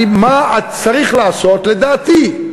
מה צריך לעשות לדעתי.